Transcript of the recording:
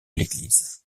l’église